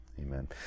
amen